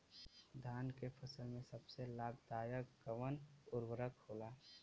धान के फसल में सबसे लाभ दायक कवन उर्वरक होला?